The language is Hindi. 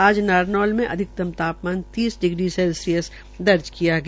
आज नारनौल मे अधिकतम तापमान तीस डिग्री सैल्सियस दर्ज किया गया